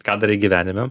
ką darai gyvenime